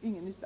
nytta.